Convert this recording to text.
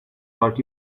brought